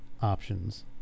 options